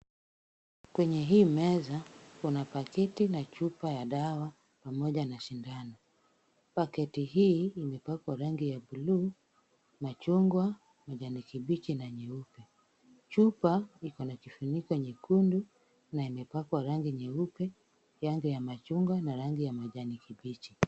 Kwenye hii meza kuna pakiti na chupa ya dawa pamoja na sindano. Paketi hii, imepakwa rangi ya buluu, machungwa, kijani kibichi na nyeupe. Chupa iko na kifuniko nyekundu na imepakwa rangi nyeupe, rangi ya machungwa na rangi ya kijani kibichi.